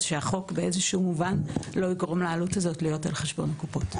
חשוב שהחוק לא יגרום לעלות הזאת להיות על חשבון הקופות.